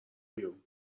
بیرون